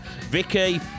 Vicky